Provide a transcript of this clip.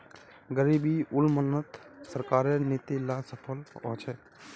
गरीबी उन्मूलनत सरकारेर नीती ला सफल ह छेक